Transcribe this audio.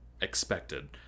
expected